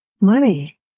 money